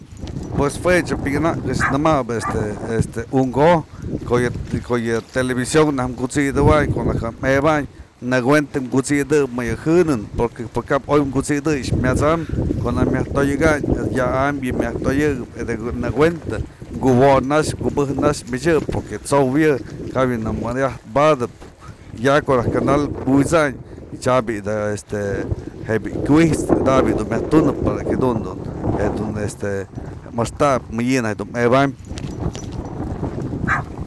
Pues jue pikanak ech namap, este este unko'o ko'o yë television naj kut'sidëwayn, ko'o naj je mebaynë, nakuenta mkut'sidëp më yë jën'nën porque pë kap oy mkut'sidëy mya'asam, ko'o naj myajtoyëkanë ya'am yë myaj toyëkëp y nakuenta, kuwo'on nax kubëknax mich yë, porque t'sow yë, kap yë nëmayajt padap, y ya ko'o naj canal kuwi'isanë tya bi'i da este je bi'i kuit's ada bi'i du myaj tunëp para que jedun dun este mëxtap madyë naj du mëpam.